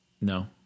No